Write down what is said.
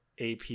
AP